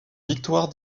victoire